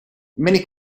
many